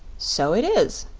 so it is.